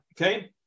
okay